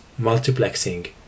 multiplexing